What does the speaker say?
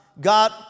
God